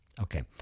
Okay